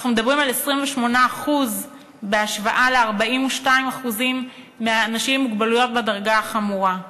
אנחנו מדברים על 28% בהשוואה ל-42% מאנשים עם מוגבלויות בדרגה החמורה.